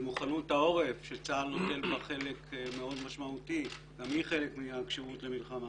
במוכנות העורף שצה"ל נוטל בה חלק משמעותי גם היא חלק מהכשירות למלחמה.